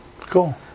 Cool